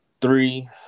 Three